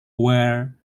were